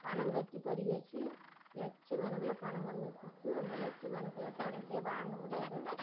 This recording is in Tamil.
பணம் கட்டி படிக்க வச்சு லட்சம் கணக்கில் பணம் கொண்டு போய் கொடுத்து அந்த லட்சங்கணக்கில் பணத்தையே வாங்க முடியாத